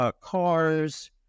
cars